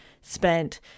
spent